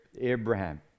Abraham